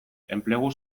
enplegu